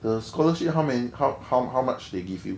the scholarship how many how how how much they give you